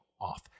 off